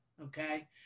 okay